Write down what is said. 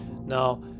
Now